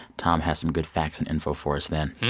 tom has some good facts and info for us then.